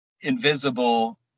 invisible